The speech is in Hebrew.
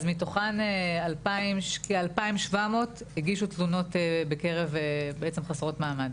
אז מתוכן כ-2,700 הגישו תלונות בקרב בעצם חסרות מעמד.